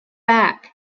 back